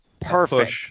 Perfect